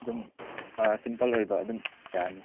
ꯑꯗꯨꯝ ꯁꯤꯝꯄꯜ ꯑꯣꯏꯕ ꯑꯗꯨꯝ ꯌꯥꯅꯤ